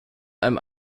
einem